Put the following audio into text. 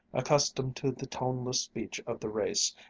accustomed to the toneless speech of the race,